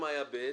(ב).